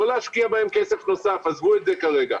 לא להשקיע בהם כסף נוסף, עזבו את זה כרגע.